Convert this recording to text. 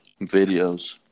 videos